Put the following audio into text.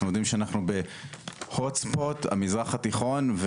אנחנו יודעים שאנחנו בהוט-ספוט המזרח התיכון,